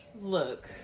look